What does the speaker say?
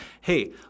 hey